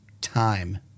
time